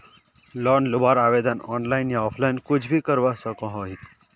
Loan लुबार आवेदन online या ऑफलाइन कुछ भी करवा सकोहो ही?